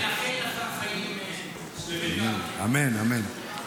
אני מאחל לך חיים שלמים --- אמן, אמן.